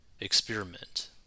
experiment